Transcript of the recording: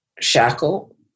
Shackle